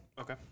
Okay